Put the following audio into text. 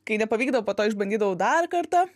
kai nepavykdavo po to išbandydavau dar kartą